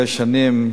הרבה שנים,